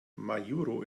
majuro